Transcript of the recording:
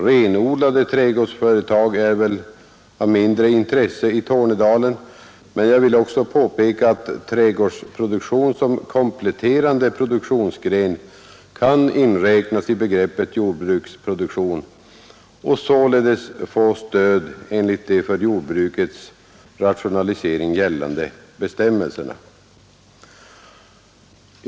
Renodlade trädgårdsföretag är väl av mindre intresse i Tornedalen, men jag vill också påpeka att trädgårdsproduktion som kompletterande produktionsgren kan inräknas i begreppet jordbruksproduktion och således få stöd enligt de för jordbrukets rationalisering gällande bestämmelserna.